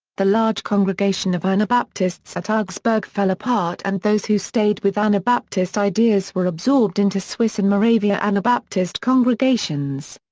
the large congregation of anabaptists so at augsburg fell apart and those who stayed with anabaptist ideas were absorbed into swiss and moravia anabaptist congregations.